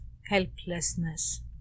helplessness